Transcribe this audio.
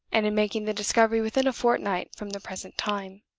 and in making the discovery within a fortnight from the present time.